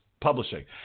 Publishing